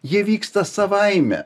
jie vyksta savaime